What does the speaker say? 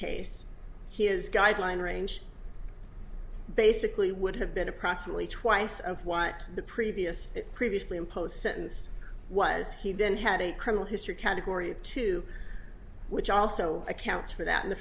case he is guideline range basically would have been approximately twice of what the previous previously impose sentence was he then had a criminal history category two which also accounts for that in the